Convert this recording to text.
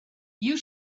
you